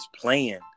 playing